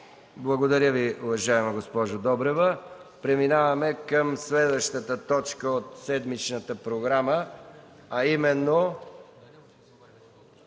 Благодаря Ви, уважаема госпожо Добрева. Преминаваме към следващата точка от седмичната програма: ПЪРВО